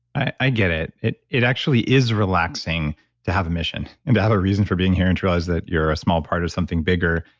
i get it. it it actually is relaxing to have a mission and to have a reason for being here and to realize that you're a small part of something bigger.